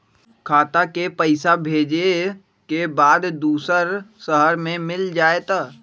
खाता के पईसा भेजेए के बा दुसर शहर में मिल जाए त?